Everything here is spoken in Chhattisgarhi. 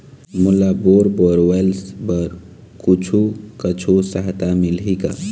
मोला बोर बोरवेल्स बर कुछू कछु सहायता मिलही का?